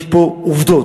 יש פה עובדות,